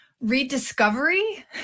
rediscovery